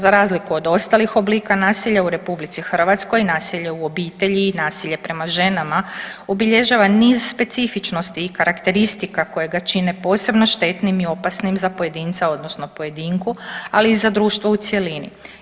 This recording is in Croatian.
Za razliku od ostalih oblika nasilja u Republici Hrvatskoj, nasilje u obitelji i nasilje prema ženama obilježava niz specifičnosti i karakteristika koje ga čine posebno štetnim i opasnim za pojedinca odnosno pojedinku, ali i za društvo u cjelini.